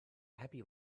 happy